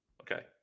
Okay